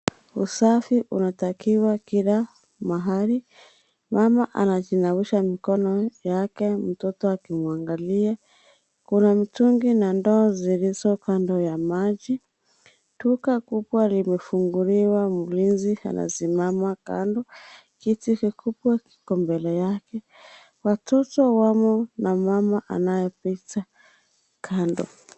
Usafi unatakiwa kila mahali ,mama anajinawisha mikono yake mtoto akimwangalia . Kuna mitungi na ndoo zilizo Kando ya maji. Duka kubwa limefunguliwa mlinzi anasimama kando, kiti kikubwa kiko mbele yake, watoto wamo na mama anapita Kando.